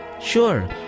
Sure